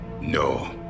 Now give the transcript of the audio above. No